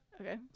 Okay